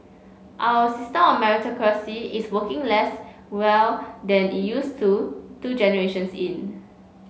our system of meritocracy is working less well than it used to two generations in